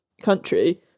country